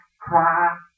cry